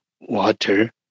water